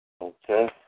Okay